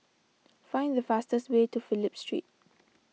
find the fastest way to Phillip Street